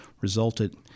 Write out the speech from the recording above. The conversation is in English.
resulted